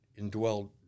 indwelled